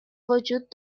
وجود